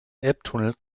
elbtunnel